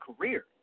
career